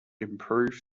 improve